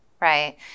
right